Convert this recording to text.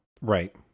Right